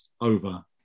over